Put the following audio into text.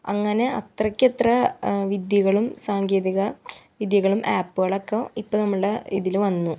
അങ്ങനെ അത്രക്കത്ര വിദ്യകളും സാങ്കേതിക വിദ്യകളും അപ്പ്കളക്കെ ഇപ്പം നമ്മുടെ ഇതിൽ വന്നു